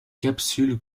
capsule